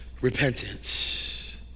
repentance